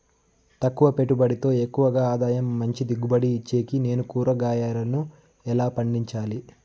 తక్కువ పెట్టుబడితో ఎక్కువగా ఆదాయం మంచి దిగుబడి ఇచ్చేకి నేను కూరగాయలను ఎలా పండించాలి?